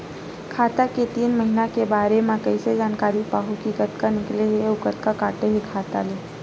खाता के तीन महिना के बारे मा कइसे जानकारी पाहूं कि कतका निकले हे अउ कतका काटे हे खाता ले?